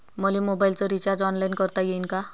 मले मोबाईलच recharge online करता येईन का?